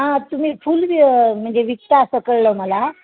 हा तुम्ही फुलं व म्हणजे विकता असं कळलं मला